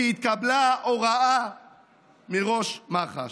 כי התקבלה הוראה מראש מח"ש.